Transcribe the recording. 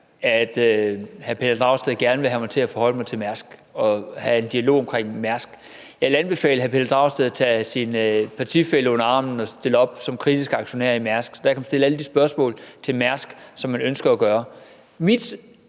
at hr. Pelle Dragsted gerne vil have mig til at forholde mig til Mærsk og have en dialog om Mærsk. Jeg vil anbefale hr. Pelle Dragsted at tage sin partifælle under armen og stille op som kritiske aktionærer i Mærsk. Der kan man stille alle de spørgsmål til Mærsk, som man ønsker at stille.